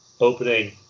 opening